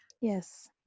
Yes